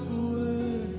away